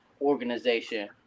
organization